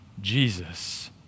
Jesus